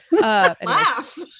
laugh